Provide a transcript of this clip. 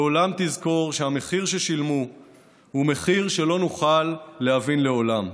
לעולם תזכור שהמחיר ששילמו הוא מחיר שלא נוכל להבין לעולם.